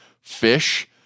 fish